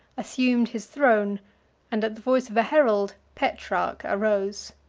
assumed his throne and at the voice of a herald petrarch arose.